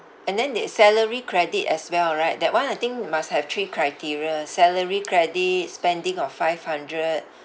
and then they salary credit as well right that [one] I think must have three criteria salary credit spending of five hundred